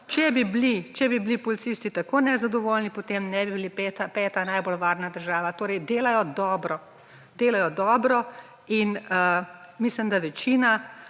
če bi bili policisti tako nezadovoljni, potem ne bi bila peta najbolj varna država. Torej delajo dobro in mislim, da večina